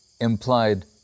implied